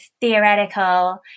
theoretical